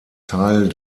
teil